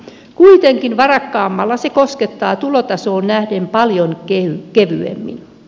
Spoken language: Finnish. kuitenkin varakkaammalla ne koskettavat tulotasoon nähden paljon kevyemmin